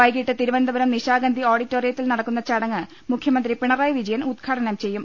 വൈകീട്ട് തിരുവനന്തപുരം നിശാഗന്ധി ഓഡിറ്റോറിയ ത്തിൽ നടക്കുന്ന ചടങ്ങ് മുഖ്യമന്ത്രി പിണറായി വിജ യൻ ഉദ്ഘാടനം ചെയ്യും